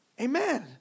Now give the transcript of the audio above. Amen